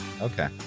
Okay